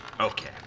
Okay